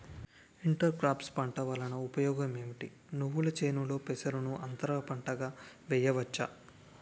Inter crops పంట వలన ఉపయోగం ఏమిటి? నువ్వుల చేనులో పెసరను అంతర పంటగా వేయవచ్చా?